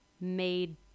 made